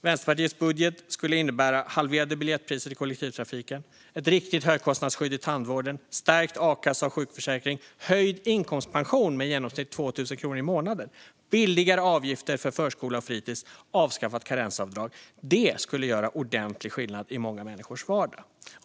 Vänsterpartiets budget skulle innebära halverade biljettpriser i kollektivtrafiken, ett riktigt högkostnadsskydd i tandvården, stärkt a-kassa och sjukförsäkring, höjd inkomstpension med i genomsnitt 2 000 kronor i månaden, billigare avgifter för förskola och fritis och avskaffat karensavdrag. Det skulle göra ordentlig skillnad i många människors vardag.